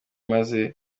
maze